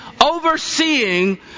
overseeing